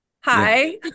Hi